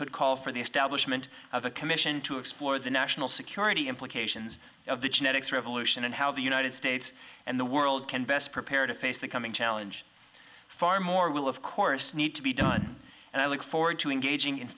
could call for the establishment of a commission to explore the national security implications of the genetics revolution and how the united states and the world can best prepare to face the coming challenge far more will of course need to be done and i look forward to engaging